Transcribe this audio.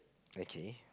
okay